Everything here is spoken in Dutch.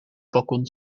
balkon